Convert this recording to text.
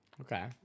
Okay